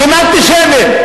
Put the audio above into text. שהם אנטישמים.